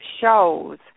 shows